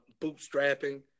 bootstrapping